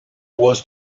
was